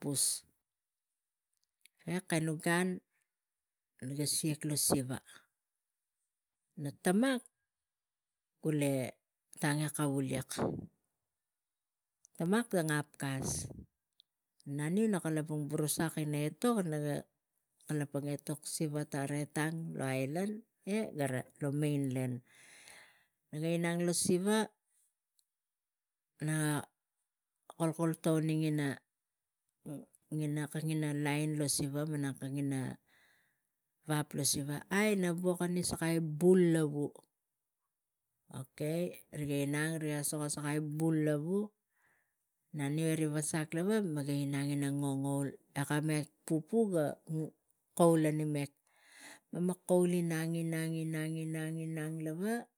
pus. Kanu gan rik ga siak lo siva na tamak ule kavulik, tamak tang hap hap kas naniu naga kalapang ina buru sang ani tang etok siva tang lo ailan e gara lo mainland. Naga inang lo siva naga kulkul taim na kag ina lain lo siva malang rig vap lo siva aino vukani sakai buai lavu okay riga inang riga suka sakai vua lavu naniu e ri vasak mega inang. Inang e ka pupu ga kaul eni mek mema kaul inang, inang, inang, inang, inang lava